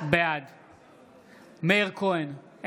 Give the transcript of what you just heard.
בעד מאיר כהן,